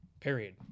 Period